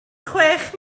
chwech